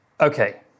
Okay